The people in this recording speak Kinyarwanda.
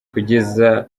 kugeza